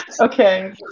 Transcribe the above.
Okay